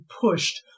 pushed